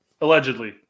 Allegedly